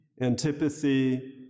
antipathy